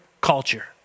culture